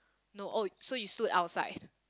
no oh so you stood outside